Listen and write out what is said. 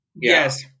Yes